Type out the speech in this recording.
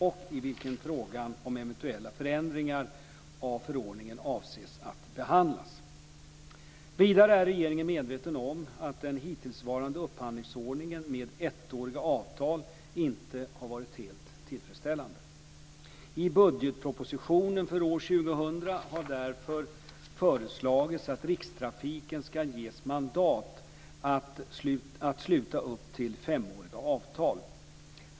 I denna avses frågan om eventuella förändringar av förordningen att behandlas. Vidare är regeringen medveten om att den hittillsvarande upphandlingsordningen med ettåriga avtal inte har varit helt tillfredsställande. I budgetpropositionen för år 2000 har därför föreslagits att Rikstrafiken ska ges mandat att sluta upp till femåriga avtal.